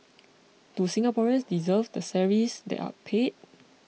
do Singaporeans deserve the salaries they are paid